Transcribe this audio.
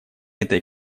этой